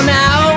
now